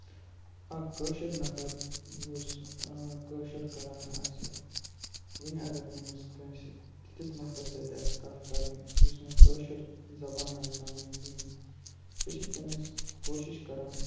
اَکھ کٲشُر نَفَر یُس کٲشُر کَران آسہِ وٕنہِ اَگَر تٔمِس کٲنٛسہِ تِتھِس نَفرَس سۭتۍ آسہِ کَتھ کَرٕنۍ یُس نہٕ کٲشُر زَبان آسہِ زانان کِہیٖنۍ سُہ چھِ تٔمِس کوٗشِش کَران